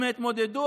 הם התמודדו,